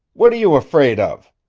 what are you afraid of?